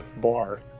bar